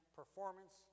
performance